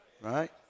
right